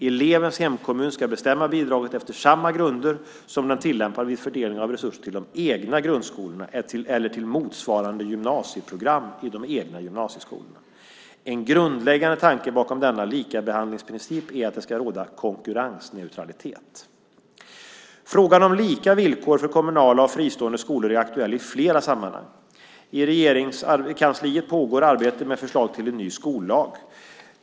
Elevens hemkommun ska bestämma bidraget efter samma grunder som den tillämpar vid fördelning av resurser till de egna grundskolorna eller till motsvarande gymnasieprogram i de egna gymnasieskolorna. En grundläggande tanke bakom denna likabehandlingsprincip är att det ska råda konkurrensneutralitet. Frågan om lika villkor för kommunala och fristående skolor är aktuell i flera sammanhang. I Regeringskansliet pågår ett arbete med förslag till en ny skollag.